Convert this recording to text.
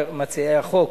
מציעי החוק,